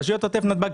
לנתב"ג